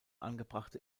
angebrachte